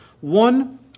one